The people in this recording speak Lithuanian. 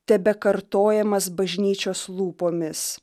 tebekartojamas bažnyčios lūpomis